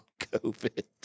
COVID